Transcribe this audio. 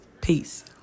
Peace